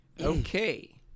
okay